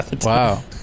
wow